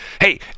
hey